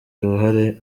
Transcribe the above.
uruhare